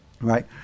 right